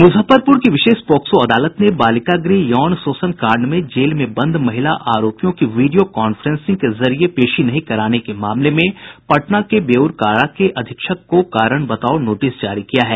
मुजफ्फरपुर की विशेष पॉक्सो अदालत ने बालिका गृह यौन शोषण कांड में जेल में बंद महिला आरोपियों की वीडियो कॉन्फ्रेंसिंग के जरिये पेशी नहीं कराने के मामले में पटना के बेऊर कारा के अधीक्षक को कारण बताओ नोटिस जारी किया है